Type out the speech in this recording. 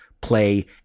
play